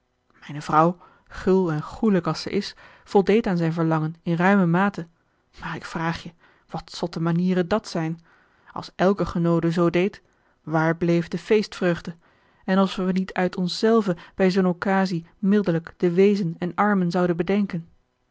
mijne vrouw gul en goêlijk als zij is voldeed aan zijn verlangen in ruime mate maar ik vraag je wat zotte manieren dat zijn als elke genoode zoo deed waar bleef de feestvreugde en alsof we niet uit ons zelven bij zoo'n occasie mildelijk de weezen en armen zouden gedenken